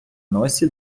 носі